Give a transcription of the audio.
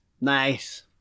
Nice